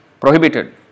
prohibited